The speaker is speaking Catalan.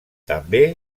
també